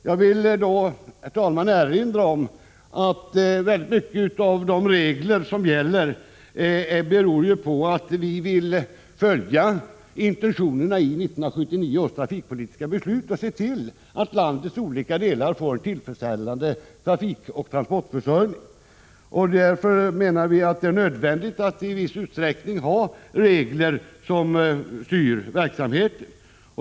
Jag vill då erinra om att väldigt många av de regler som gäller beror på att vi vill följa intentionerna i 1979 års trafikpolitiska beslut och se till att landets olika delar får en tillfredsställande trafikoch transportförsörjning. Därför menar vi att det är nödvändigt att i viss utsträckning ha regler som styr verksamheten.